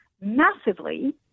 massively